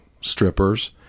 strippers